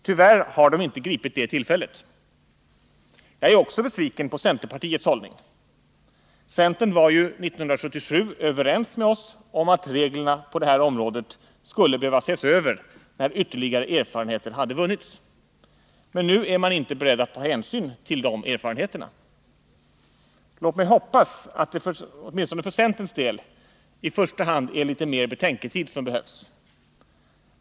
Tyvärr har de inte gripit det tillfället. Jag är också besviken på centerpartiets hållning. Centern var ju 1977 överens med oss om att reglerna på det här området skulle behöva ses över när ytterligare erfarenheter hade vunnits, men nu är man inte beredd att ta hänsyn till de erfarenheterna. Låt mig hoppas att det åtminstone för centerns deli första hand är litet mer betänketid som behövs.